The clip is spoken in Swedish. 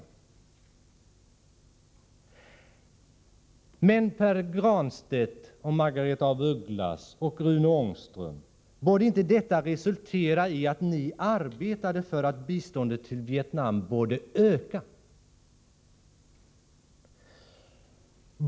Borde inte detta, Pär Granstedt, Margaretha af Ugglas och Rune Ångström, resultera i att ni arbetade för att biståndet till Vietnam skulle öka?